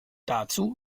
dazu